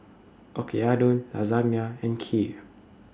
Oyakodon Lasagna and Kheer